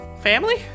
Family